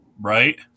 right